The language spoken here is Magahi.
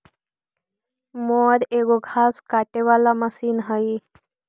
मोअर एगो घास काटे वाला मशीन हई